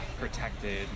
protected